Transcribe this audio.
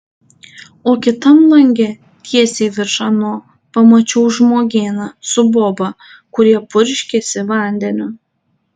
o kitam lange tiesiai virš ano pamačiau žmogėną su boba kurie purškėsi vandeniu